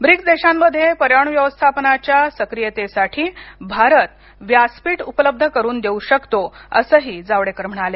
BRICS देशांमध्ये पर्यावरण व्यवस्थापनाच्या सक्रीयातेसाठी भारत व्यासपीठ उपलब्ध करून देऊ शकतो असेही जावडेकर म्हणाले